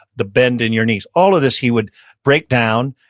the bend in your knees. all of this he would break down,